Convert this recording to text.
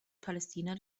palästina